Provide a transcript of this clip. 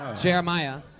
Jeremiah